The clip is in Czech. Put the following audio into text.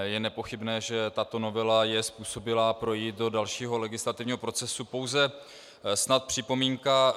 Je nepochybné, že tato novela je způsobilá projít do dalšího legislativního procesu, pouze snad připomínka.